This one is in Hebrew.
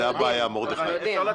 אנחנו יודעים.